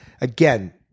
Again